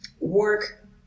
work